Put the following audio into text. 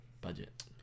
Budget